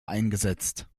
eingesetzt